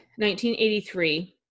1983